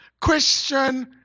Christian